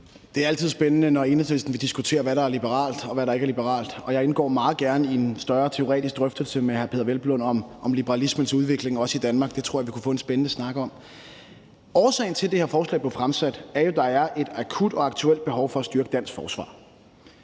Det er altid spændende, når Enhedslisten vil diskutere, hvad der er liberalt, og hvad der ikke er liberalt, og jeg indgår meget gerne i en større teoretisk drøftelse med hr. Peder Hvelplund om liberalismens udvikling, også i Danmark. Det tror jeg vi kunne få en spændende snak om. Årsagen til, at det her forslag er blevet fremsat, er jo, at der er et akut og aktuelt behov for at styrke dansk forsvar.